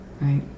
right